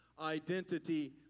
identity